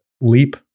Leap